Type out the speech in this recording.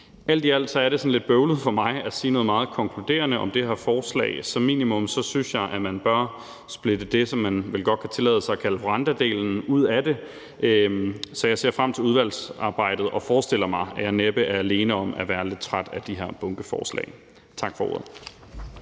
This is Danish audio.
Alt i alt er det sådan lidt bøvlet for mig at sige noget meget konkluderende om det her forslag. Som minimum synes jeg at man bør pille det, som man vel godt kan tillade sig at kalde Rwandadelen, ud af det. Så jeg ser frem til udvalgsarbejdet og forestiller mig, at jeg næppe er alene om at være lidt træt af de her bunkeforslag. Tak for ordet.